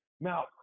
now